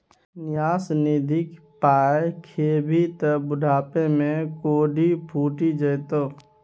न्यास निधिक पाय खेभी त बुढ़ापामे कोढ़ि फुटि जेतौ